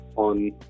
on